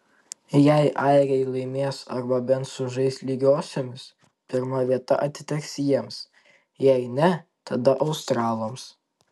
jei airiai laimės arba bent sužais lygiosiomis pirma vieta atiteks jiems jei ne tada australams